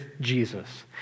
Jesus